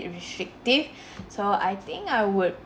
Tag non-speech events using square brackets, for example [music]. restrictive [breath] so I think I would